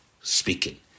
speaking